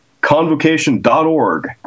convocation.org